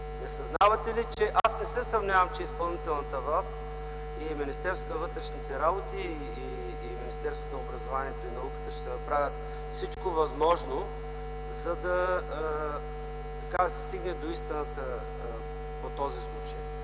Не съзнавате ли, че ... Аз не се съмнявам, че изпълнителната власт, Министерството на вътрешните работи и Министерството на образованието и науката ще направят всичко възможно, за да се стигне до истината по този случай.